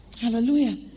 Hallelujah